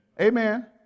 Amen